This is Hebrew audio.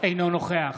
אינו נוכח